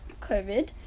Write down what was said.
COVID